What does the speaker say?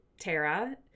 tara